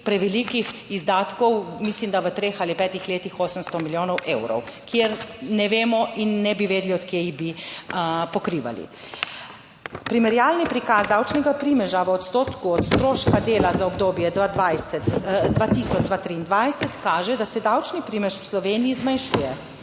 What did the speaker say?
prevelikih izdatkov, mislim, da v treh ali petih 800 milijonov evrov, kjer ne vemo in ne bi vedeli, od kje jih bi pokrivali. Primerjalni prikaz davčnega primeža v odstotku od stroška dela za obdobje 2000-2023 kaže, da se davčni primež v Sloveniji zmanjšuje.